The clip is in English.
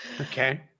Okay